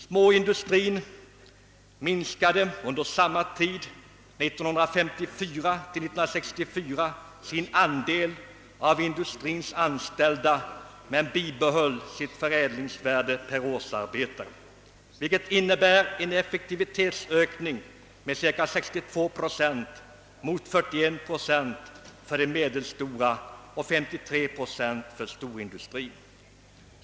Småindustrin minskade under tiden 1954—1964 sin andel av industrins anställda men bibehöll sitt förädlingsvärde per årsarbetare, vilket innebär en effektivitetsökning med 62 procent mot 41 procent för den medelstora och 53 procent för storindustrin.